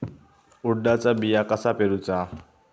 उडदाचा बिया कसा पेरूचा?